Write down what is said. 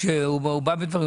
שהוא בא בדברים,